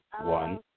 One